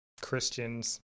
Christians